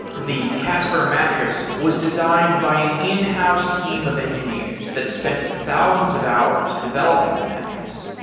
the casper mattress was designed by an in-house team of engineers that spent thousands of hours developing the mattress,